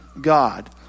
God